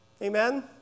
Amen